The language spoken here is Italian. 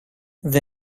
the